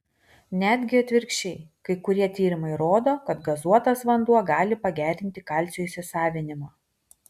netgi atvirkščiai kai kurie tyrimai rodo kad gazuotas vanduo gali pagerinti kalcio įsisavinimą